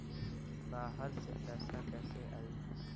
बाहर से पैसा कैसे आई?